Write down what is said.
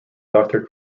doctor